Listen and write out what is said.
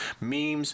memes